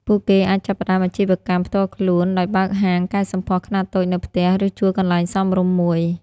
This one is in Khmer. ពួកគេអាចចាប់ផ្តើមអាជីវកម្មផ្ទាល់ខ្លួនដោយបើកហាងកែសម្ផស្សខ្នាតតូចនៅផ្ទះ ឬជួលកន្លែងសមរម្យមួយ។